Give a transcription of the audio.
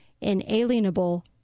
inalienable